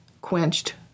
quenched